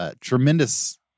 tremendous